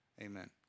Amen